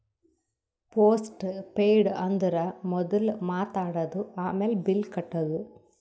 post paid ಅಂದುರ್ ಮೊದುಲ್ ಮಾತ್ ಆಡದು, ಆಮ್ಯಾಲ್ ಬಿಲ್ ಕಟ್ಟದು